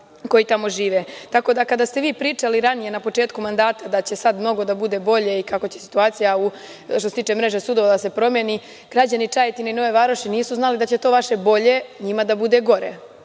koji tamo žive. Tako, kada ste vi pričali, ranije na početku mandata, da će sada mnogo da bude bolje i kako će situacija, što se tiče mreže sudova, da se promeni. Građani Čajetine i Nove Varoši nisu znali da će to vaše bolje, njima da budu gore,